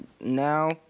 now